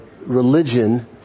religion